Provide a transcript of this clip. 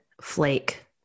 flake